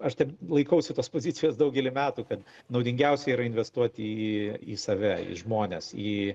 aš tai laikausi tos pozicijos daugelį metų kad naudingiausia yra investuoti į į save į žmones į